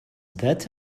that